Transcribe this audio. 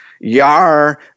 Yar